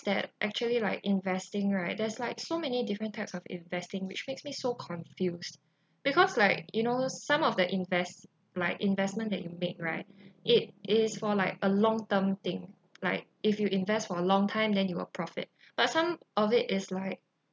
that actually like investing right there's like so many different types of investing which makes me so confused because like you know some of the invest like investment that you make right it is for like a long term thing like if you invest for a long time then you will profit but some of it is like